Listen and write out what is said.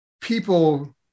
people